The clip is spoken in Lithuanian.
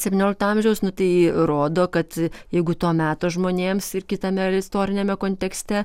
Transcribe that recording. septyniolikto amžiaus nu tai rodo kad jeigu to meto žmonėms ir kitame istoriniame kontekste